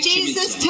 Jesus